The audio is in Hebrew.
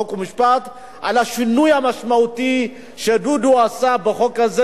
חוק ומשפט על השינוי המשמעותי שהוא עשה בחוק הזה.